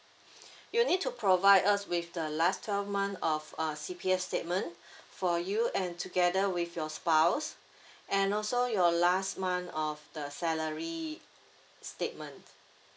you need to provide us with the last twelve month of uh C_P_F statement for you and together with your spouse and also your last month of the salary statement